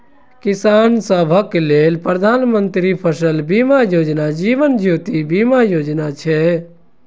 किसान सभक लेल प्रधानमंत्री फसल बीमा योजना, जीवन ज्योति बीमा योजना छै